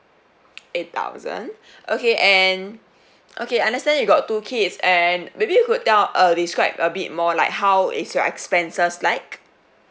eight thousand okay and okay I understand you got two kids and maybe you could tell err describe a bit more like how is your expenses like